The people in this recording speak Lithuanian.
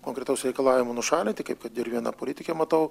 konkretaus reikalavimo nušalinti kaip kad ir vieną politikę matau